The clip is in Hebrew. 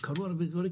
קרו הרבה דברים,